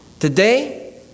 Today